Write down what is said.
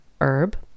herb